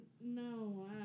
No